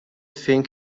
think